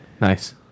Nice